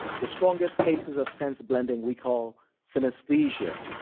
the strongest cases of sense blending we call synesthesia,